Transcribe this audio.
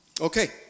Okay